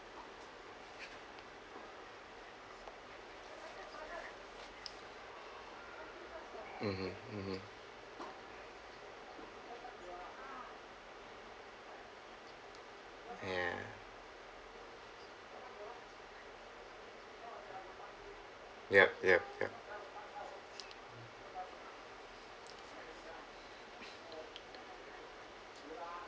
mmhmm ya yup yup yup